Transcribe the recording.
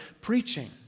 preaching